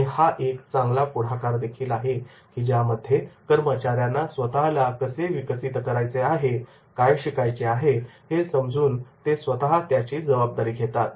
आणि हा एक चांगला पुढाकार आहे की ज्यामध्ये कर्मचाऱ्यांना स्वतःला कसे विकसित करायचे आहे काय शिकायचे आहे हे समजून ते स्वतः त्याची जबाबदारी घेतात